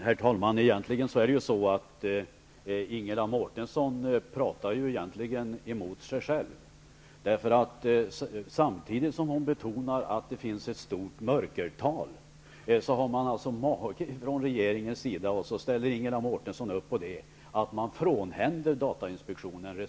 Herr talman! Ingela Mårtensson talar egentligen emot sig själv. Samtidigt som hon betonar att det finns ett stort mörkertal, har regeringen mage att frånhända datainspektionen resurser. Det ställer Ingela Mårtensson upp på!